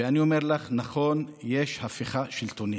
ואני אומר לך: נכון, יש הפיכה שלטונית.